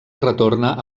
retorna